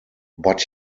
but